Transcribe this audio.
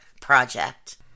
Project